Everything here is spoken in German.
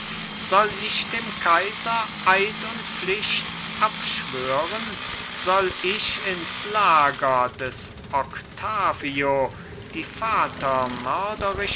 soll ich dem kaiser eid und pflicht abschwören soll ich ins lager des octavio die